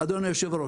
אדוני היו"ר.